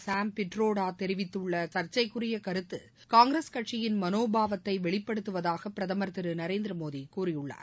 சாம் பிட்ரோடா தெரிவித்துள்ள சர்ச்சைக்குரிய கருத்து காங்கிரஸ் கட்சியின் மனோபாவத்தை வெளிப்படுத்துவதாக பிரதமர் திரு நரேந்திர மோடி கூறியுள்ளார்